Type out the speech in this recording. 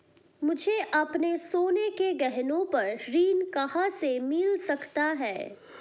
मुझे अपने सोने के गहनों पर ऋण कहां से मिल सकता है?